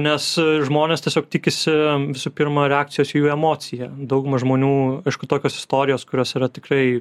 nes žmonės tiesiog tikisi visų pirma reakcijos į jų emociją dauguma žmonių aišku tokios istorijos kurios yra tikrai